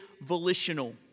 volitional